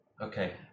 Okay